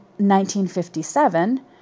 1957